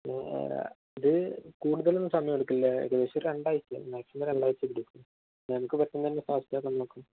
ഇത് കൂടുതലൊന്നും സമയമെടുക്കില്ല ഏകദേശം ഒരു രണ്ടാഴ്ച മാക്സിമം രണ്ടാഴ്ച എടക്കും നമുക്ക് പെട്ടെന്നുതന്നെ ഫാസ്റ്റാക്കാന് നോക്കാം